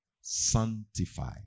sanctify